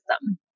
system